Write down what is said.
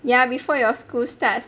ya before your school starts